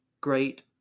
great